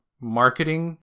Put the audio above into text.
marketing